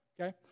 okay